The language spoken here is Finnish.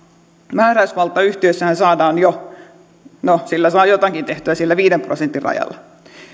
määräysvalta yhtiössä saadaan jo no sillä saa jotakin tehtyä viiden prosentin rajalla